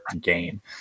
game